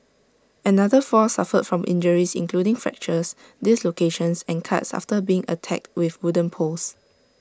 another four suffered from injuries including fractures dislocations and cuts after being attacked with wooden poles